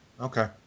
Okay